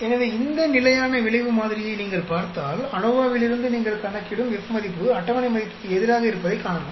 எனவே இந்த நிலையான விளைவு மாதிரியை நீங்கள் பார்த்தால் அநோவாவிலிருந்து நீங்கள் கணக்கிடும் F மதிப்பு அட்டவணை மதிப்புக்கு எதிராக இருப்பதைக் காணலாம்